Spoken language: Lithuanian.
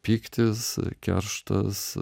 pyktis kerštas